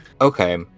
Okay